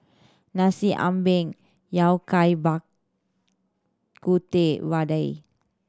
Nasi Ambeng Yao Cai Bak Kut Teh vadai